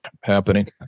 happening